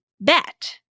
bet